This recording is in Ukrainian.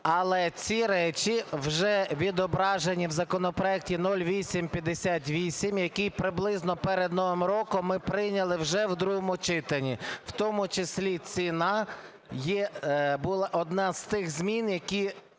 Але ці речі вже відображені в законопроекті 0858, який приблизно перед Новим роком ми прийняли вже в другому читанні. В тому числі ціна була одна з тих змін, які